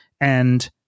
And-